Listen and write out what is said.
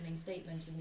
statement